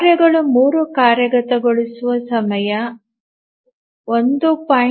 ಕಾರ್ಯಗಳು 3 ಕಾರ್ಯಗತಗೊಳಿಸುವ ಸಮಯವು 1